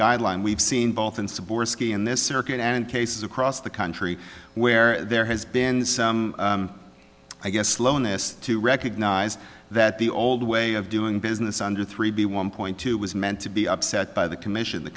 guideline we've seen both in savors ski in this circuit and cases across the country where there has been i guess slowness to recognize that the old way of doing business under three b one point two was meant to be upset by the commission the